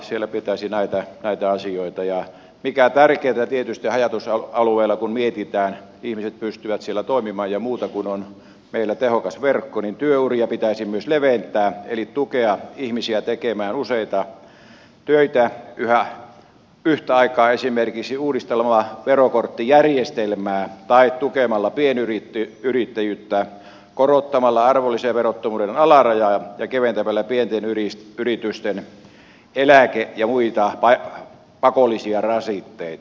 siellä pitäisi näitä asioita edistää ja mikä tärkeintä tietysti haja asutusalueilla kun mietitään että ihmiset pystyvät siellä toimimaan ja muuta kun on meillä tehokas verkko niin työuria pitäisi myös leventää eli tukea ihmisiä tekemään useita töitä yhtä aikaa esimerkiksi uudistamalla verokorttijärjestelmää tai tukemalla pienyrittäjyyttä korottamalla arvonlisäverottomuuden alarajaa ja keventämällä pienten yritysten eläke ja muita pakollisia rasitteita